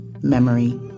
memory